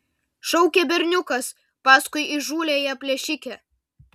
šaukė berniukas paskui įžūliąją plėšikę